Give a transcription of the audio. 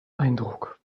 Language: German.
eindruck